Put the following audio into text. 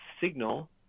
signal